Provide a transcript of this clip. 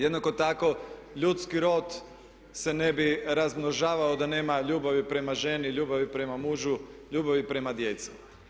Jednako tako ljudski rod se ne bi razmnožavao da nema ljubavi prema ženi, ljubavi prema mužu, ljubavi prema djeci.